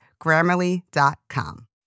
Grammarly.com